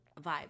vibe